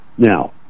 Now